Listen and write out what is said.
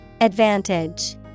Advantage